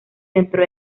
dentro